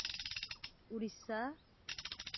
Odisha